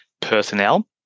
personnel